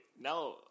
Now